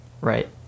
right